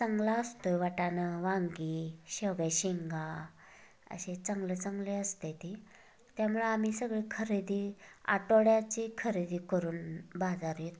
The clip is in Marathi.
चांगला असतोय वाटाणा वांगी शेवग्या शेंगा असे चांगले चांगले असते ते त्यामुळं आम्ही सगळी खरेदी आठवड्याची खरेदी करून बाजार येतो